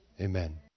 Amen